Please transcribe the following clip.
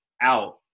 out